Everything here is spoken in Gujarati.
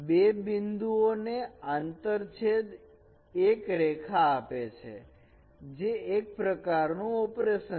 બે બિંદુઓનો આંતર છેદ એક રેખા આપે છે જે એક પ્રકારનું ઓપરેશન છે